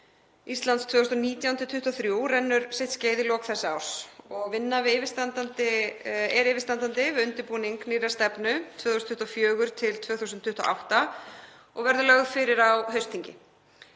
Íslands 2019–2023 rennur sitt skeið í lok þessa árs og vinna er yfirstandandi við undirbúning nýrrar stefnu 2024–2028 sem verður lögð fyrir á haustþingi.